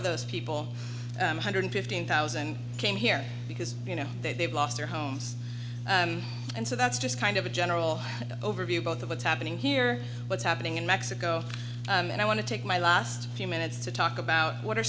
of those people hundred fifteen thousand came here because you know they've lost their homes and so that's just kind of a general overview both of what's happening here what's happening in mexico and i want to take my last few minutes to talk about what are